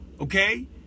okay